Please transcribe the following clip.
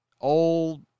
old